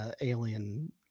alien